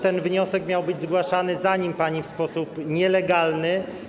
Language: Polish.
Ten wniosek miał być zgłaszany, zanim pani w sposób nielegalny.